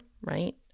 right